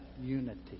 unity